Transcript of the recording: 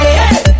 hey